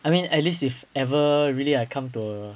I mean at least if ever really I come to a